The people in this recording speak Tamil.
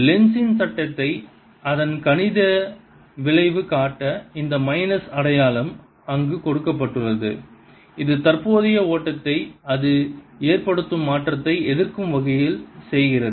லென்ஸின் Lenzs சட்டத்தை அதன் கணித விளைவு காட்ட இந்த மைனஸ் அடையாளம் அங்கு கொடுக்கப்பட்டுள்ளது இது தற்போதைய ஓட்டத்தை அது ஏற்படுத்தும் மாற்றத்தை எதிர்க்கும் வகையில் செய்கிறது